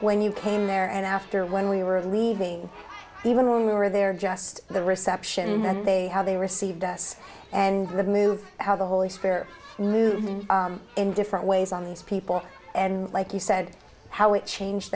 when you came there and after when we were leaving even when we were there just the reception that they how they received us and the move how the holy spirit movement in different ways on these people and like you said how it changed